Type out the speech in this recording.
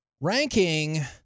ranking